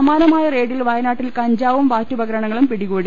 സമാനമായ റെയ്ഡിൽ വയനാട്ടിൽ കഞ്ചാവും വാറ്റുപകരണ ങ്ങളും പിടികൂടി